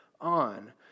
on